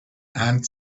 and